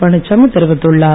பழனிச்சாமி தெரிவித்துள்ளார்